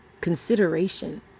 consideration